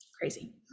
Crazy